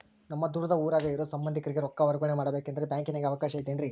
ನಮ್ಮ ದೂರದ ಊರಾಗ ಇರೋ ಸಂಬಂಧಿಕರಿಗೆ ರೊಕ್ಕ ವರ್ಗಾವಣೆ ಮಾಡಬೇಕೆಂದರೆ ಬ್ಯಾಂಕಿನಾಗೆ ಅವಕಾಶ ಐತೇನ್ರಿ?